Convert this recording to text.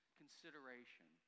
consideration